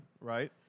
right